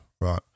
right